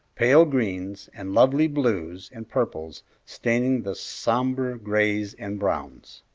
pale greens, and lovely blues and purples staining the sombre grays and browns.